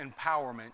empowerment